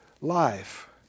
life